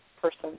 person